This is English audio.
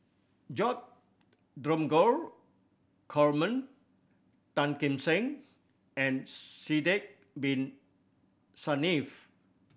Dromgold Coleman Tan Kim Seng and Sidek Bin Saniff